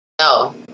No